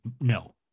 no